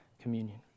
communion